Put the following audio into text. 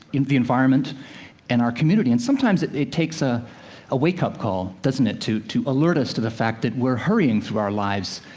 the environment and our community. and sometimes it takes a wake-up call, doesn't it, to to alert us to the fact that we're hurrying through our lives,